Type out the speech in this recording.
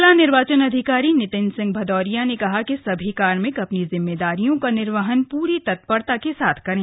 जिला निर्वाचन अधिकारी नितिन सिंह भदौरिया ने कहा कि सभी कार्मिक अपनी जिम्मेदारियों का निर्वहन पूरी तत्परता के साथ करें